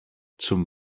zum